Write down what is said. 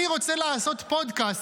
אני רוצה לעשות פודקאסט,